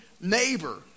neighbor